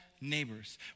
Neighbors